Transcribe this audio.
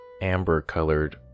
amber-colored